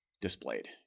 displayed